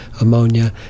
ammonia